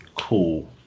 cool